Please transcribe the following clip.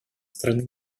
стороны